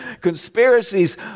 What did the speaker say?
conspiracies